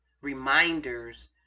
reminders